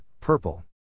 Purple